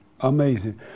Amazing